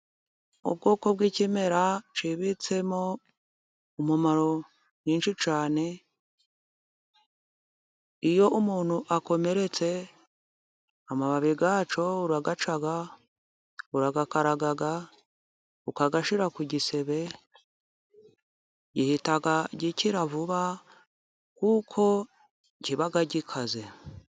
Ubwoko bw'ikimera cyibitsemo umumaro mwinshi cyane, iyo umuntu akomeretse amababi yacyo urayaca urayakaraga, ukayashyira ku gisebe gihita gikira vuba kuko kiba gikaze.